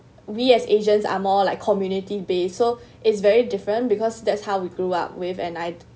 we as asians are more like community based so it's very different because that's how we grew up with and I